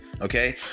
okay